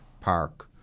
Park